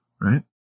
right